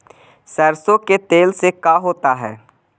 सरसों के तेल से का होता है?